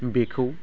बेखौ